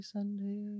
Sunday